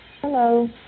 Hello